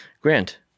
Grant